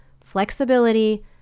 flexibility